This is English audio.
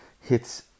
hits